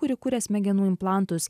kuri kuria smegenų implantus